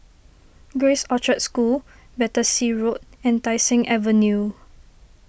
Grace Orchard School Battersea Road and Tai Seng Avenue